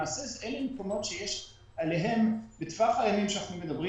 למעשה אלה מקומות שיש עליהם בטווח הימים שאנחנו מדברים